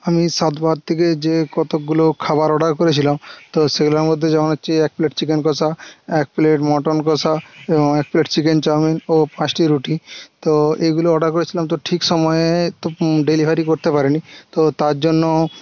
আমি স্বাদবাহার থেকে যে কতকগুলো খাবার অর্ডার করেছিলাম তো সেগুলোর মধ্যে যেমন হচ্ছে এক প্লেট চিকেন কষা এক প্লেট মটন কষা এবং এক প্লেট চিকেন চাউমিন ও পাঁচটি রুটি তো এইগুলো অর্ডার করেছিলাম তো ঠিক সময়ে তো ডেলিভারি করতে পারে নি তো তার জন্য